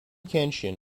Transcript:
kenshin